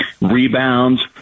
rebounds